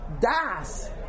Das